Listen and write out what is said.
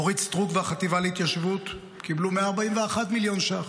אורית סטרוק והחטיבה להתיישבות קיבלו 141 מיליון ש"ח,